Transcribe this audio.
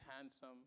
handsome